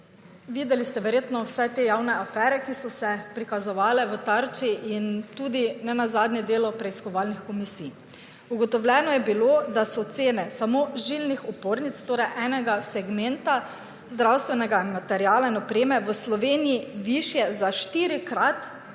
videli ste verjetno vse te javne afere, ki so se prikazovale v Tarči in tudi nenazadnje delo preiskovalnih komisij. Ugotovljeno je bilo, da so cene samo žilnih opornic, torej enega segmenta zdravstvenega materiala in opreme v Sloveniji, višje za štirikrat, za